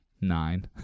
nine